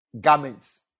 Garments